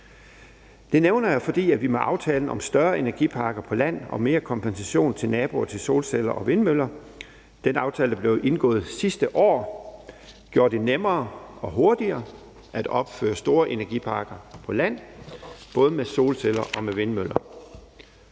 Det nævner jeg, fordi vi med aftalen om større energiparker på land og mere kompensation til naboer til solceller og vindmøller – den aftale, der blev indgået sidste år – gjorde det nemmere og hurtigere at opføre store energiparker på land, både med solceller og med vindmøller.